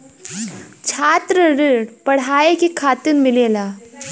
छात्र ऋण पढ़ाई के खातिर मिलेला